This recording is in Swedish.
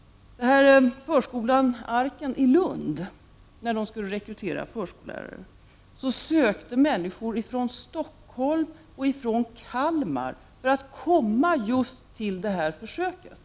När förskolan Arken i Lund skulle rekrytera förskollärare sökte människor från Stockholm och från Kalmar för att komma just till denna försöksverksamhet.